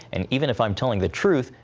and even if i'm telling the truth,